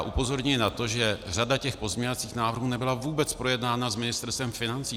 Upozorňuji na to, že řada těch pozměňovacích návrhů nebyla vůbec projednána s Ministerstvem financí.